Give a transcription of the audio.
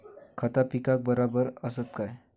खता पिकाक बराबर आसत काय?